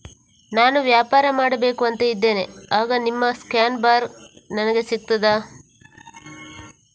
ನಾನು ವ್ಯಾಪಾರ ಮಾಡಬೇಕು ಅಂತ ಇದ್ದೇನೆ, ಆಗ ನಿಮ್ಮ ಸ್ಕ್ಯಾನ್ ಬಾರ್ ನನಗೆ ಸಿಗ್ತದಾ?